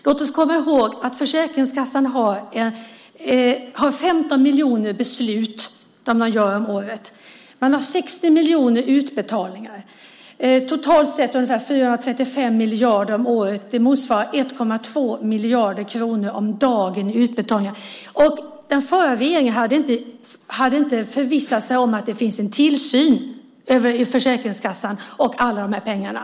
Låt oss komma ihåg att Försäkringskassan fattar 15 miljoner beslut och gör 60 miljoner utbetalningar på totalt ungefär 435 miljarder om året. Det motsvarar 1,2 miljarder kronor om dagen i utbetalningar. Den förra regeringen hade inte förvissat sig om att det fanns en tillsyn över Försäkringskassan och alla de här pengarna.